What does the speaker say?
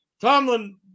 Tomlin